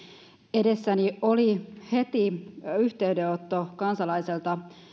edessäni oli heti yhteydenotto kansalaiselta